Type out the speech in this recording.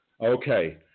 Okay